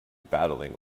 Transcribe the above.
battling